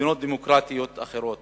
במדינות דמוקרטיות אחרות